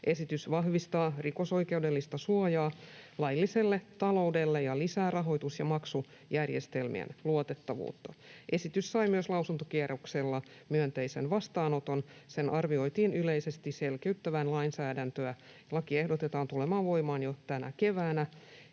Esitys vahvistaa rikosoikeudellista suojaa lailliselle taloudelle ja lisää rahoitus- ja maksujärjestel-mien luotettavuutta. Esitys sai myös lausuntokierroksella myönteisen vastaanoton. Sen arvioitiin yleisesti selkiyttävän lainsäädäntöä. Lakia ehdotetaan tulemaan voimaan jo tänä keväänä